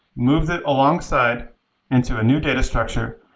move it alongside into a new data structure,